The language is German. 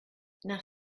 nach